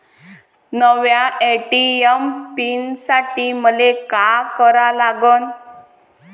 नव्या ATM pin साठी मले का करा लागन?